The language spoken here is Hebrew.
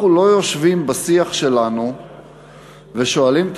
אנחנו לא יושבים בשיח שלנו ושואלים את